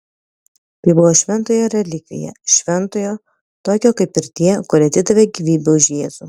tai buvo šventojo relikvija šventojo tokio kaip ir tie kurie atidavė gyvybę už jėzų